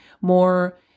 more